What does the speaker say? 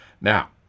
Now